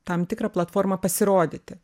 tam tikrą platformą pasirodyti